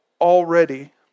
already